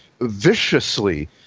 viciously